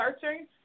searching